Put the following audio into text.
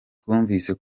twumvise